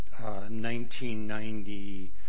1990